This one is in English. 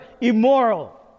immoral